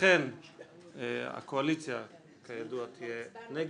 לכן הקואליציה כידוע תהיה נגד,